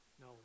no